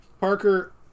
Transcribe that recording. Parker